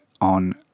on